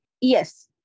Yes